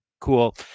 cool